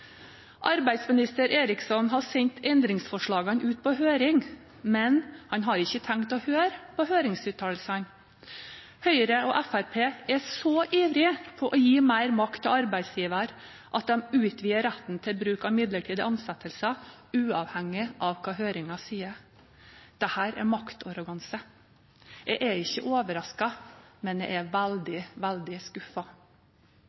Arbeidsminister Eriksson har sendt endringsforslagene ut på høring, men han har ikke tenkt å høre på høringsuttalelsene. Høyre og Fremskrittspartiet er så ivrige etter å gi mer makt til arbeidsgiver at de utvider retten til bruk av midlertidige ansettelser, uavhengig av hva høringen sier. Dette er maktarroganse. Jeg er ikke overrasket, men jeg er